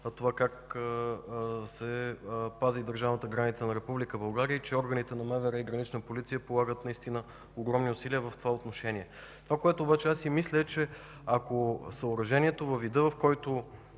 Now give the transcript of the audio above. това как се пази държавната граница на Република България и че органите на МВР и Гранична полиция полагат наистина огромни усилия в това отношение. Това, което обаче аз си мисля е, че ако съоръжението във вида, в който